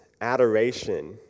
adoration